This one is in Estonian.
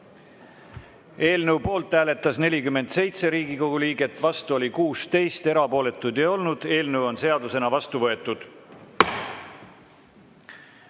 Eelnõu poolt hääletas 47 Riigikogu liiget, vastu oli 16, erapooletuid ei olnud. Eelnõu on seadusena vastu võetud.